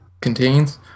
contains